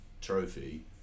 trophy